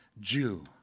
Jew